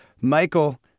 Michael